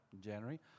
January